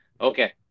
Okay